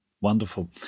Wonderful